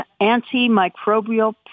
antimicrobial